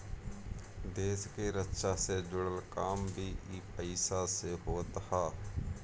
देस के रक्षा से जुड़ल काम भी इ पईसा से होत हअ